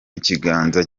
ikiganza